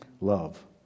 love